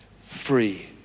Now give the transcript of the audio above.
free